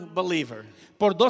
believer